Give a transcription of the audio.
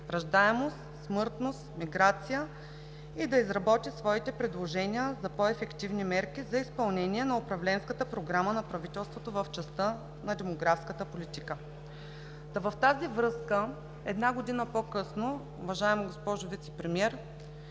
раждаемост, смъртност, миграция, и да изработят своите предложения за по-ефективни мерки за изпълнение на управленската програма на правителството в частта на демографската политика. В тази връзка една година по-късно, уважаема госпожо Вицепремиер,